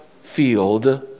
field